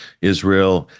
Israel